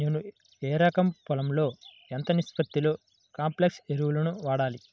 నేను ఎకరం పొలంలో ఎంత నిష్పత్తిలో కాంప్లెక్స్ ఎరువులను వాడాలి?